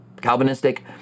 Calvinistic